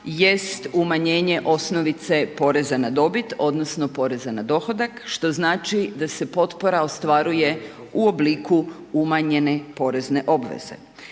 jest umanjenje osnovice poreza na dobit, odnosno, poreza na dohodak, što znači da se potpora ostvaruje u obliku umanjenje porezne obveze.